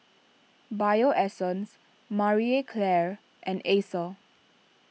Bio Essence Marie Claire and Acer